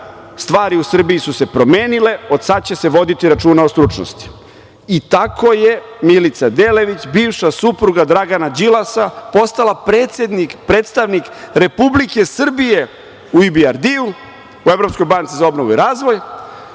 stvari u Srbiji su se promenile, od sad će se voditi računa o stručnosti.I tako je Milica Delević bivša supruga Dragana Đilasa postala predstavnik Republike Srbije u IBRD u Evropskoj banci za obnovu i razvoj,